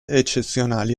eccezionali